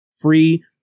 free